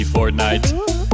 Fortnite